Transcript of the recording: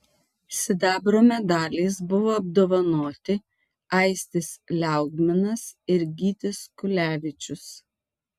sidabro medaliais buvo apdovanoti aistis liaugminas ir gytis kulevičius